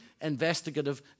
investigative